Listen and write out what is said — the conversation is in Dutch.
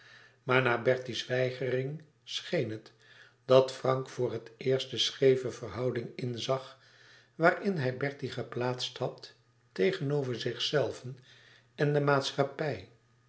maar na bertie's weigering scheen het dat frank voor het eerst de scheeve verhouding inzag waarin hij bertie geplaatst had tegenover zichzelven en de maatschappij